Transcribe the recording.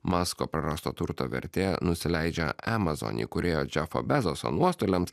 masko prarasto turto vertė nusileidžia amazon įkūrėjo džefo bezoso nuostoliams